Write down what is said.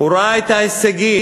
הוא ראה את ההישגים,